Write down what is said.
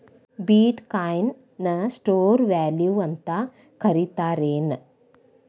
ಬಿಟ್ coin ನ store value ಅಂತ ಕರಿತಾರೆನ್